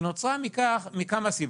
היא נוצרה מכך מכמה סיבות.